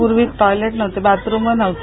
पूर्वी टॉयलेट नव्हते बाथरुम नव्हते